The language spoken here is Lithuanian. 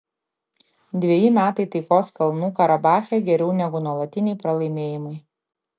dveji metai taikos kalnų karabache geriau negu nuolatiniai pralaimėjimai